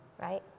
right